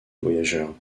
voyageurs